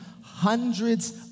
Hundreds